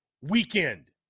weekend